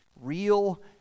Real